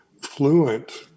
fluent